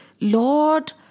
Lord